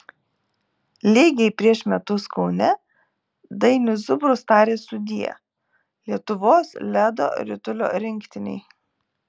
lygiai prieš metus kaune dainius zubrus tarė sudie lietuvos ledo ritulio rinktinei